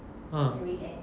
ah